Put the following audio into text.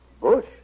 Bush